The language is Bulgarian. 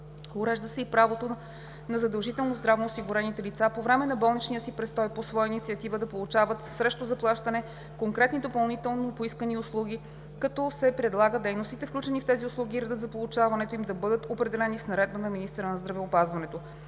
Урежда се и правото на задължително здравноосигурените лица по време на болничния си престой по своя инициатива да получават срещу заплащане конкретни допълнително поискани услуги, като се предлага дейностите, включени в тези услуги, и редът за получаването им да бъдат определени с наредба на министъра на здравеопазването.